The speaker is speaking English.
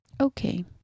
Okay